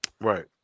right